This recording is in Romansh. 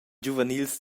giuvens